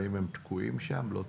האם הם תקועים שם או לא.